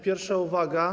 Pierwsza uwaga.